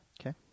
okay